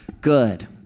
good